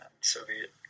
Soviet